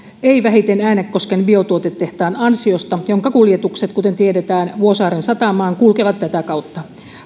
eivät vähiten äänekosken biotuotetehtaan ansiosta jonka kuljetukset vuosaaren satamaan kuten tiedetään kulkevat tätä kautta